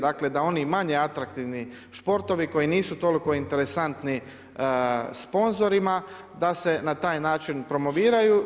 Dakle, da oni manje atraktivni športovi, koji nisu toliko interesantni sponzorima, da se na taj način promoviraju.